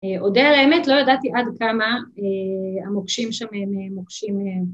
אה, אודה על האמת, לא ידעתי עד כמה, אה... המוקשים שם הם... מוקשים, אה...